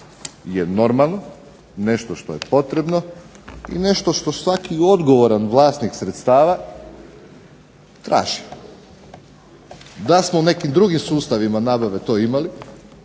je normalno, nešto što je potrebno i nešto što svaki odgovoran vlasnik sredstava traži. Da smo u nekim drugim sustavima nabave to imali